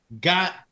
got